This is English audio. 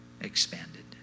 expanded